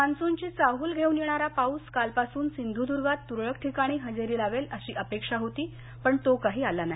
मान्सूनची चाहूल घेऊन येणारा पाऊस कालपासून सिंधुद्गात तुरळक ठिकाणी हजेरी लावेल अशी अपेक्षा होती पण तो काही आला नाही